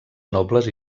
nobles